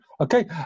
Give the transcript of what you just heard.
Okay